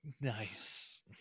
Nice